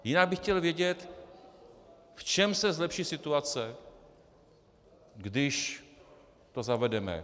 Jinak bych chtěl vědět, v čem se zlepší situace, když to zavedeme.